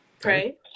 Pray